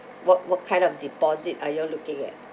what what kind of deposit are you all looking at